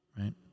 Right